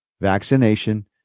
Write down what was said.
Vaccination